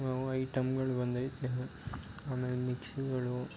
ಐಟಮ್ಮುಗಳು ಬಂದೈತೆ ಈಗ ಆಮೇಲೆ ಮಿಕ್ಸಿಗಳು